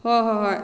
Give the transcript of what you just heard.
ꯍꯣꯏ ꯍꯣꯏ ꯍꯣꯏ